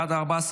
בעד, 14,